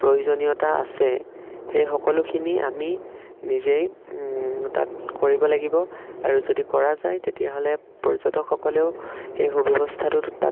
প্ৰয়োজনীয়তা আছে সেই সকলোখিনি আমি নিজেই তাত কৰিব লাগিব আৰু যদি কৰা যায় তেতিয়াহ'লে পৰ্যটকসকলেও সেই সুব্যৱস্থাটোত তাত